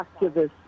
activists